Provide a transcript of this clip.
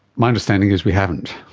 my understanding is we haven't.